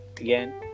again